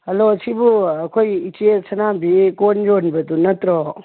hello ꯁꯤꯕꯨ ꯑꯩꯈꯣꯏ ꯏꯆꯦ ꯁꯅꯥꯍꯟꯕꯤ ꯀꯣꯟ ꯌꯣꯟꯕꯗꯨ ꯅꯠꯇ꯭ꯔꯣ